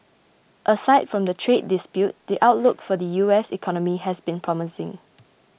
aside from the trade dispute the outlook for the U S economy has been promising